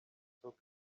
took